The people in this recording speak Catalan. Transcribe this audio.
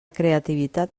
creativitat